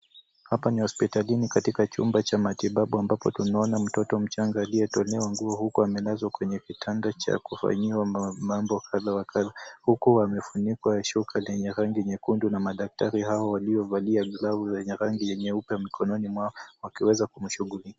Hapa ni hospitalini katika chumba cha matibabu ambapo mtoto mchanga aliyetolewa nguo huku amelazwa kwenye kitanda cha kufanyia mambo kadha wa kadha huku amefunikwa shuka lenye rangi nyekundu na madaktari hao waliovalia glavu yenye rangi nyeupe mikononi mwao wakiweza kushughulikia.